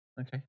Okay